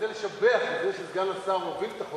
רוצה לשבח על זה שסגן השר הוביל את החוק